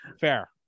Fair